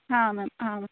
ಹಾಂ ಮ್ಯಾಮ್ ಹಾಂ ಮ್ಯಾಮ್